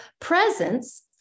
presence